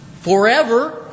forever